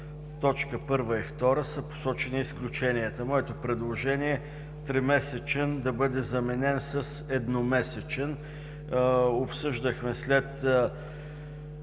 са посочени изключенията. Моето предложение е „тримесечен“ да бъде заменен с „едномесечен“. Обсъждахме след